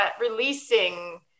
releasing